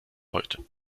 heute